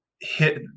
hit